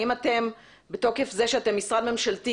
האם אתם בתוקף זה שאתם משרד ממשלתי